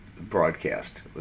broadcast